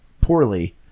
poorly